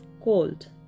cold